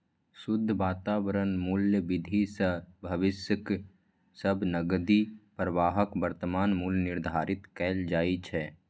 शुद्ध वर्तमान मूल्य विधि सं भविष्यक सब नकदी प्रवाहक वर्तमान मूल्य निर्धारित कैल जाइ छै